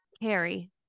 Harry